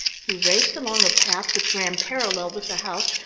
he raced along a path which ran parallel with the house,